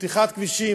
פתיחת כבישים,